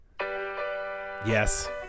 Yes